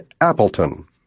Appleton